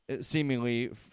seemingly